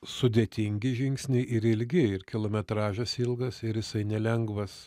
sudėtingi žingsniai ir ilgi ir kilometražas ilgas ir jisai nelengvas